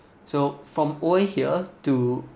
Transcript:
so from oil here to